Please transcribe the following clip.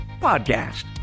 podcast